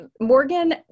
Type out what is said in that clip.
Morgan